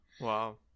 Wow